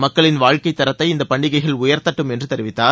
மக்களின் வாழ்க்கை தரத்தை இந்த பண்டிகைகள் உயர்த்தட்டும் என்று தெரிவித்தார்